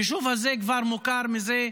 היישוב הזה כבר מוכר מזה,